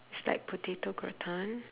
it's like potato gratin